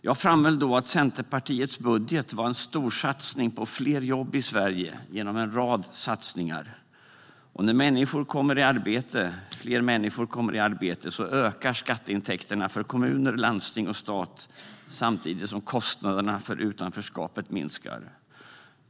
Jag framhöll då att Centerpartiets budget var en storsatsning på fler jobb i Sverige genom en rad satsningar. När fler människor kommer i arbete ökar skatteintäkterna för kommuner, landsting och stat samtidigt som kostnaderna för utanförskapet minskar.